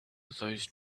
those